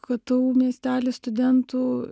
ktu miestely studentų